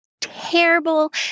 terrible